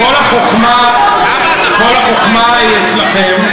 כל החוכמה היא הרי אצלכם.